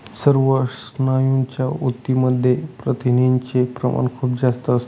सर्व स्नायूंच्या ऊतींमध्ये प्रथिनांचे प्रमाण खूप जास्त असते